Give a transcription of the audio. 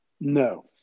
No